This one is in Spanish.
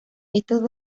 estos